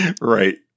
Right